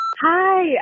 Hi